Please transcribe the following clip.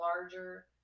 larger